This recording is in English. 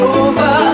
over